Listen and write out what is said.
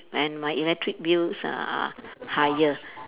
and my electric bills are are higher